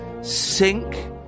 sink